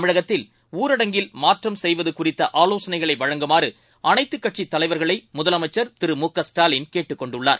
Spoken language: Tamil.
தமிழகத்தில் ஊரடங்கில் மாற்றம் செய்வதுகுறித்தஆவோசனைகளைவழங்குமாறுஅனைத்துக்கட்சிதலைவர்களைமுதலமைச்சர் திருமுக ஸ்டாலின் கேட்டுக்கொண்டுள்ளார்